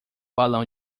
balão